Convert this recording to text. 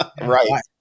Right